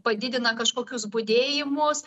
padidina kažkokius budėjimus